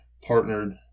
partnered